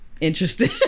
interesting